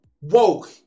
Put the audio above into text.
woke